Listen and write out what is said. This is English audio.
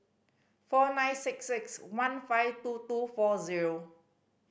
four nine six six one five two two four zero